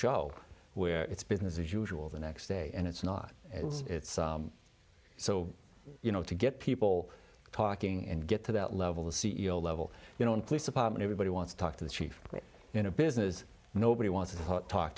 show where it's business as usual the next day and it's not and it's so you know to get people talking and get to that level the c e o level you know in police department everybody wants to talk to the chief in a business nobody wants to talk